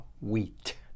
wheat